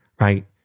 right